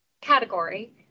category